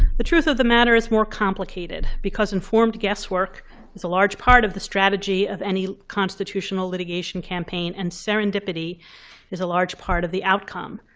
the truth of the matter is more complicated, because informed guesswork is a large part of the strategy of any constitutional litigation campaign, and serendipity is a large part of the outcome.